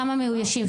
כמה מאוישים?